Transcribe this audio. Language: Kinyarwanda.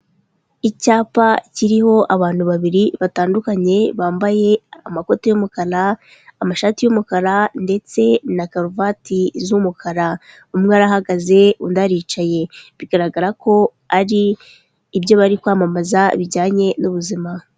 Icyapa kiriho abantu babiri batandukanye bambaye amakoti y'umukara, amashati y'umukara ndetse na karuvati z'umukara. Umwe arahagaze, undi aricaye, bigaragara ko ari ibyo bari kwamamaza bijyanye n'ubuzima.